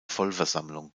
vollversammlung